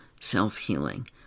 self-healing